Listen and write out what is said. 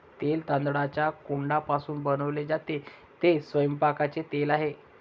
तेल तांदळाच्या कोंडापासून बनवले जाते, ते स्वयंपाकाचे तेल आहे